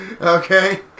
Okay